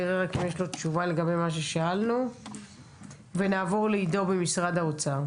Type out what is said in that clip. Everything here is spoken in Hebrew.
נראה אם יש לו תשובה לגבי מה ששאלנו ונעבור אחריו לעידו ממשרד האוצר.